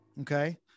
Okay